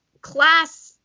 class